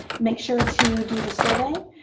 make sure to do the survey.